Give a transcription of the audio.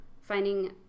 finding